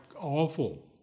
awful